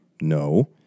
No